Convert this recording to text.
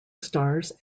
stars